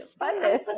Funness